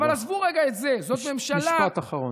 אבל עזבו רגע את זה, זאת ממשלה, משפט אחרון.